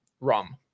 rum